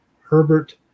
Herbert